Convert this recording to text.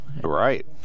Right